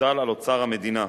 תוטל על אוצר המדינה.